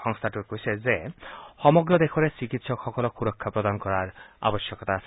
সংস্থাটোৱে কৈছে যে সমগ্ৰ দেশৰে চিকিৎসকসকলক সুৰক্ষা প্ৰদান কৰাৰ আৱশ্যকতা আছে